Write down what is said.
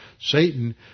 Satan